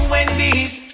Wendy's